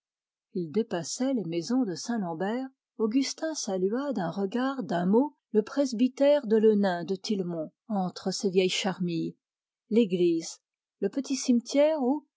ils dépassaient les maisons de saint-lambert augustin salua d'un regard d'un mot le presbytère de le nain de tillemont entres ses vieilles charmilles l'église le petit cimetière